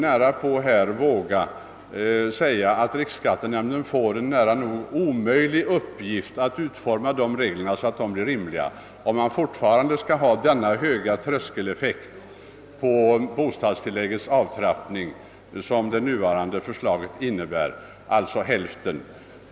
Jag vågar dock säga att riksskattenämnden får en nära nog omöjlig uppgift att utforma reglerna så att de blir rimliga, om man fortfarande skall ha denna höga tröskeleffekt på 50 procent beträffande bostadstillägget.